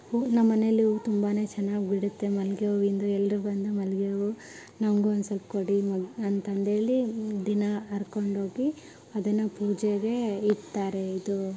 ಹೂವು ನಮ್ಮಮನೆಯಲ್ಲೂ ತುಂಬ ಚೆನ್ನಾಗ್ ಬಿಡುತ್ತೆ ಮಲ್ಲಿಗೆ ಹೂವಿಂದು ಎಲ್ಲರೂ ಬಂದು ಮಲ್ಲಿಗೆ ಹೂವು ನನಗು ಒಂದು ಸ್ವಲ್ಪ ಕೊಡಿ ಅಂತಂದೇಳಿ ದಿನ ಹರ್ಕೊಂಡೋಗಿ ಅದನ್ನು ಪೂಜೆಗೆ ಇಡ್ತಾರೆ ಇದು